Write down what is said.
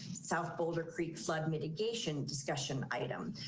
south boulder creek flood mitigation discussion item.